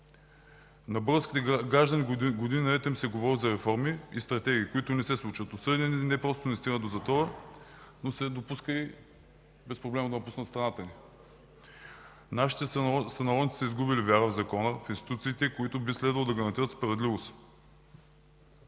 На българските граждани години наред им се говори за реформи и стратегии, които не се случват. Осъдените не просто не стигат затвора, но се допуска и безпроблемен допуск в страната ни. Нашите сънародници са изгубили вяра в Закона, в институциите, които би следвало да гарантират справедливост.